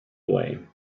away